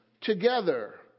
together